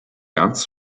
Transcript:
ganz